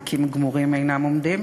צדיקים גמורים אינם עומדים.